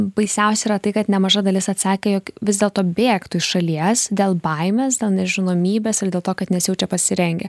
baisiausia yra tai kad nemaža dalis atsakė jog vis dėlto bėgtų iš šalies dėl baimės dėl nežinomybės ir dėl to kad nesijaučia pasirengę